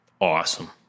Awesome